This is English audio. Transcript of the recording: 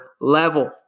level